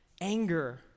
anger